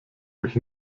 mich